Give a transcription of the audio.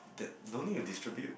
that don't need to distribute